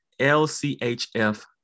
LCHF